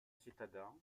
citadin